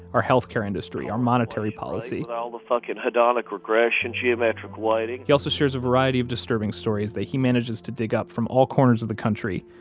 our health care industry, our monetary policy all the fucking hedonic regression, geometric weighting he also shares a variety of disturbing stories that he manages to dig up from all corners of the country,